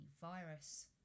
virus